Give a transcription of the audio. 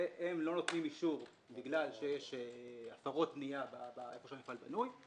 שהיא לא נותנת אישור בגלל שיש הפרות בנייה היכן שהמפעל בנוי.